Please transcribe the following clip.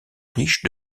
riche